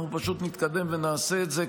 אנחנו פשוט נתקדם ונעשה את זה,